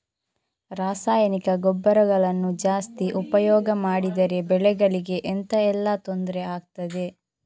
ರಾಸಾಯನಿಕ ಗೊಬ್ಬರಗಳನ್ನು ಜಾಸ್ತಿ ಉಪಯೋಗ ಮಾಡಿದರೆ ಬೆಳೆಗಳಿಗೆ ಎಂತ ಎಲ್ಲಾ ತೊಂದ್ರೆ ಆಗ್ತದೆ?